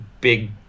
big